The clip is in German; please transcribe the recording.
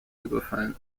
überfallen